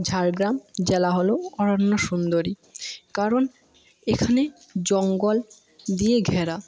ঝাড়গ্রাম জেলা হলো অরণ্য সুন্দরী কারণ এখানে জঙ্গল দিয়ে ঘেরা